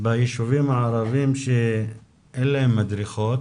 ביישובים הערבים שאין בהם מדרכות